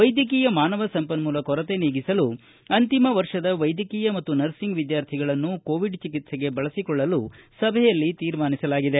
ವೈದ್ಯಕೀಯ ಮಾನವ ಸಂಪನ್ಮೂಲ ಕೊರತೆ ನೀಗಿಸಲು ಅಂತಿಮ ವರ್ಷದ ವೈದ್ಯಕೀಯ ಮತ್ತು ನರ್ಸಿಂಗ್ ವಿದ್ಯಾರ್ಥಿಗಳನ್ನು ಕೋವಿಡ್ ಚಿಕಿತ್ಸೆಗೆ ಬಳಸಿಕೊಳ್ಳಲು ಸಭೆಯಲ್ಲಿ ತೀರ್ಮಾನಿಸಲಾಗಿದೆ